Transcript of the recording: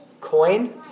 coin